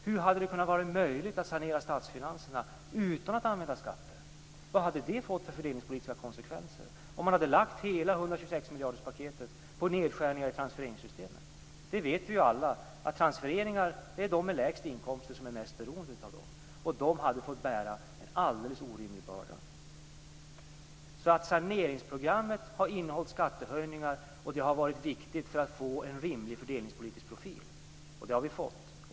Hur hade varit möjligt att sanera statsfinanserna utan att använda skatter? Vad hade det fått för fördelningspolitiska konsekvenser om man hade lagt hela 126 miljarders-paketet som nedskärningar i transfereringssystemen? Vi vet alla att de med lägst inkomster är mest beroende av transfereringar. De hade fått bära en alldeles orimlig börda. Att saneringsprogrammet har innehållit skattehöjningar har varit viktigt för att få en rimlig fördelningspolitisk profil. Det har vi fått.